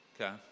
okay